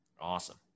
Awesome